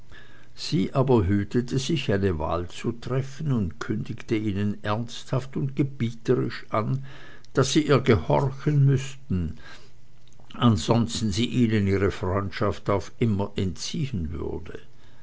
sie hütete sich eine wahl zu treffen und kündigte ihnen ernsthaft und gebieterisch an daß sie ihr gehorchen müßten ansonst sie ihnen ihre freundschaft auf immer entziehen würde